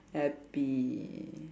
happy